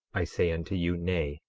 i say unto you, nay,